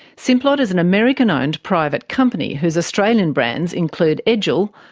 simplot is an american-owned private company whose australian and brands include edgell,